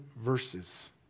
verses